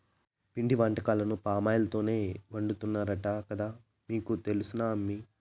పిండి వంటకాలను పామాయిల్ తోనే వండుతున్నారంట కదా నీకు తెలుసునా అమ్మీ